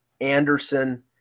Anderson